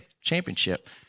championship